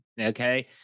okay